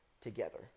together